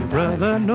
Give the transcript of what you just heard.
Brother